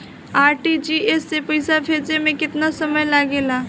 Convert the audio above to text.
RTGS से पैसा भेजे में केतना समय लगे ला?